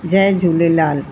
Jay Jhulelal